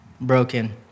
broken